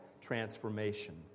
transformation